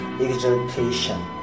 exhortation